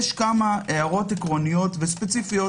יש כמה הערות עקרוניות וספציפיות